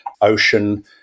ocean